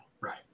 Right